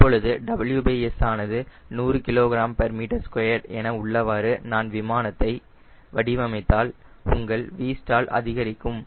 இப்பொழுது WS ஆனது 100 kgm2 என உள்ளவாறு நான் விமானத்தை வடிவமைத்தால் உங்கள் Vstall அதிகரிக்கும்